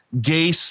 gay